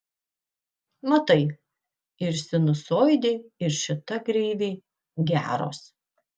matai ir sinusoidė ir šita kreivė geros